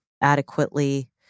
adequately